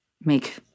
make